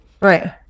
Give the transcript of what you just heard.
Right